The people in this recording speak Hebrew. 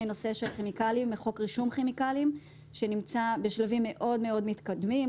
בנושא של כימיקלים וחוק רישום כימיקלים שנמצא בשלבים מאוד-מאוד מתקדמים.